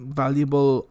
valuable